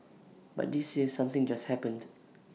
but this year something just happened